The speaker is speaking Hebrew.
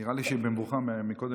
נראה לי שהיא במבוכה מקודם,